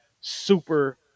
super